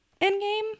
Endgame